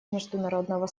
международного